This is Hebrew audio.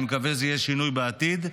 אני מקווה שיהיה שינוי בעתיד,